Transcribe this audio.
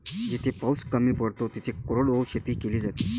जिथे पाऊस कमी पडतो तिथे कोरडवाहू शेती केली जाते